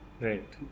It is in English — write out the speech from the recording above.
Right